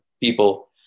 people